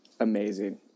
Amazing